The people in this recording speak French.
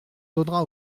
donnera